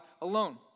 alone